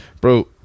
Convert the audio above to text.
Bro